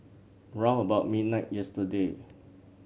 round about midnight yesterday